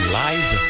live